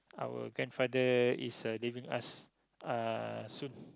our grandfather is uh is leaving us uh soon